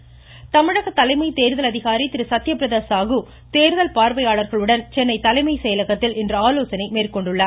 சத்யபிரத சாகு தமிழக தலைமை தேர்தல் அதிகாரி திரு சத்யபிரத சாகு தேர்தல் பார்வையாளர்களுடன் சென்னை தலைமைச் செயலகத்தில் இன்று ஆலோசனை மேற்கொண்டுள்ளார்